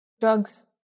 drugs